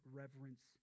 reverence